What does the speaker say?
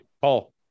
Paul